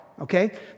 okay